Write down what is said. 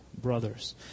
brothers